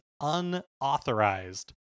unauthorized